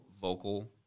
vocal